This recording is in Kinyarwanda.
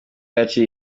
yaciye